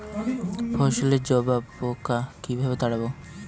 ফসলে জাবপোকা কিভাবে তাড়াব?